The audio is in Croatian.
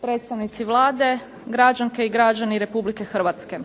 predstavnici Vlade, građanke i građani Republike Hrvatske.